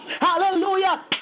hallelujah